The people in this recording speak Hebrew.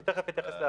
אני תיכף אתייחס.